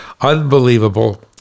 Unbelievable